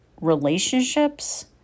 relationships